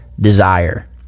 desire